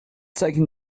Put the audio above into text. taking